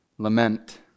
Lament